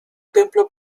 templo